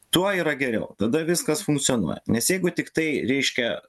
tuo yra geriau tada viskas funkcionuoja nes jeigu tiktai reiškia